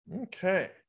Okay